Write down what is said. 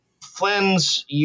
Flynn's